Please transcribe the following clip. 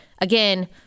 Again